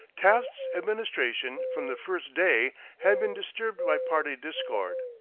taft's administration from the first day had been disturbed by party discord.